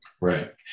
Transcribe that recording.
Right